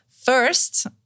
First